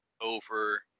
over